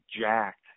jacked